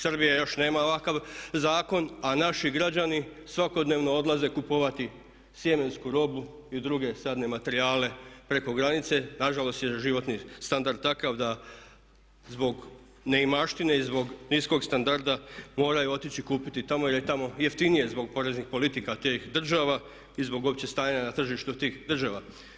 Srbija još nema ovakav zakon, a naši građani svakodnevno odlaze kupovati sjemensku robu i druge sadne materijale preko granice na žalost jer životni standard je takav da zbog neimaštine i zbog niskog standarda moraju otići kupiti tamo jer je tamo jeftinije zbog poreznih politika tih država i zbog općeg stanja na tržištu tih država.